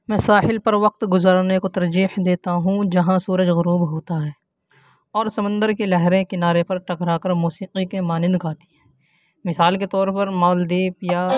میں ساحل پر وقت گزارنے کو ترجیح دیتا ہوں جہاں سورج غروب ہوتا ہے اور سمندر کی لہریں کنارے پر ٹکرا کر موسیقی کے مانند گاتی ہیں مثال کے طور پر مالدیپ یا